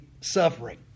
suffering